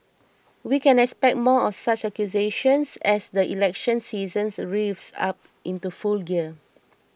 we can expect more of such accusations as the election season revs up into full gear